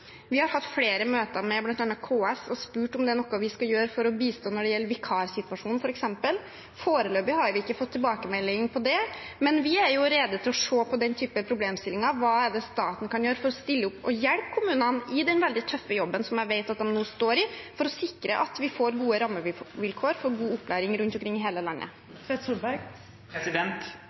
Vi har hatt flere møter med bl.a. KS og spurt om det er noe vi skal gjøre for å bistå når det gjelder vikarsituasjonen f.eks. Foreløpig har vi ikke fått tilbakemelding på det, men vi er rede til å se på den typen problemstillinger: Hva er det staten kan gjøre for å stille opp og hjelpe kommunene i den veldig tøffe jobben som jeg vet at de nå står i, for å sikre at vi får gode rammevilkår for god opplæring rundt omkring i hele landet? Det åpnes for oppfølgingsspørsmål – først Torstein Tvedt Solberg.